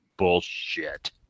Bullshit